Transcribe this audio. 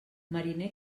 mariner